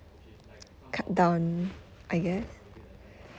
cut down I guess